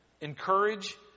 Encourage